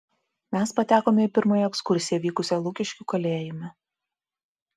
mes patekome į pirmąją ekskursiją vykusią lukiškių kalėjime